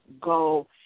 go